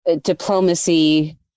diplomacy